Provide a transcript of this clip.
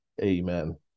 Amen